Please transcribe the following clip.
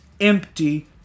empty